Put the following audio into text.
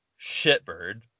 shitbird